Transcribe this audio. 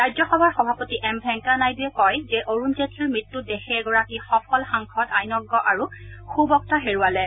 ৰাজ্যসভাৰ সভাপতি এম ভেংকায়া নাইডুৱে কয় যে অৰুণ জেটলিৰ মৃত্যুত দেশে এগৰাকী সফল সাংসদ আইনজ্ঞ আৰু সু বক্তা হেৰুৱালে